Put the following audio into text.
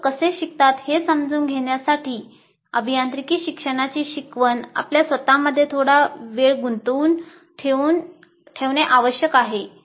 लोक कसे शिकतात हे समजून घेण्यासाठी आणि अभियांत्रिकी शिक्षणाची शिकवण आपल्या स्वत मध्ये थोडा वेळ गुंतवून ठेवणे आवश्यक आहे